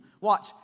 watch